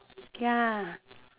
ya